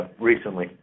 recently